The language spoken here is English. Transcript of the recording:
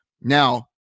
Now